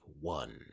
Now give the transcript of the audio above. one